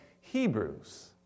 Hebrews